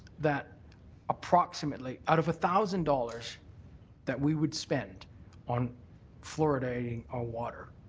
that approximately out of a thousand dollars that we would spend on fluoridating our water,